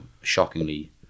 shockingly